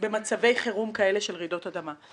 במצבי חירום כאלה של רעידות אדמה.